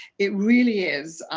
it really is